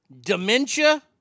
dementia